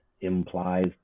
implies